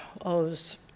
owes